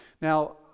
Now